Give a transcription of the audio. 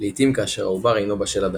לעיתים כאשר העובר אינו בשל עדיין.